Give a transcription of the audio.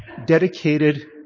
dedicated